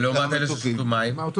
זה הופיע בעיתון טוב מאוד,